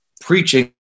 preaching